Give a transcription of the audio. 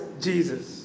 Jesus